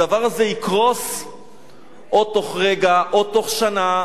הדבר הזה יקרוס או בתוך רגע או בתוך שנה,